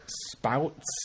spouts